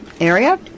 area